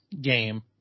game